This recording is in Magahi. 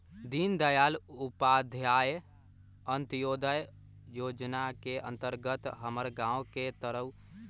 दीनदयाल उपाध्याय अंत्योदय जोजना के अंतर्गत हमर गांव के तरुन के रोजगार भेटल